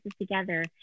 together